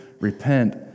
repent